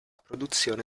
produzione